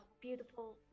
beautiful